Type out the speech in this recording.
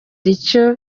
icyo